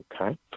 Okay